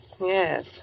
Yes